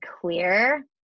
clear